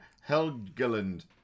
Helgeland